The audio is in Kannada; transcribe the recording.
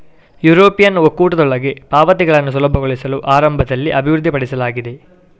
ಯುರೋಪಿಯನ್ ಒಕ್ಕೂಟದೊಳಗೆ ಪಾವತಿಗಳನ್ನು ಸುಲಭಗೊಳಿಸಲು ಆರಂಭದಲ್ಲಿ ಅಭಿವೃದ್ಧಿಪಡಿಸಲಾಗಿದೆ